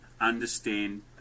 understand